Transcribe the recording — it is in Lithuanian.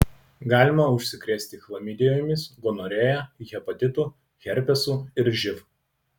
galima užsikrėsti chlamidijomis gonorėja hepatitu herpesu ir živ